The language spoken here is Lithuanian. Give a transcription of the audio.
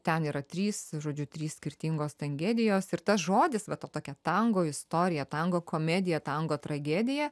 ten yra trys žodžiu trys skirtingos tangedijos ir tas žodis va ta tokia tango istorija tango komedija tango tragedija